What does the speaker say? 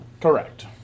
Correct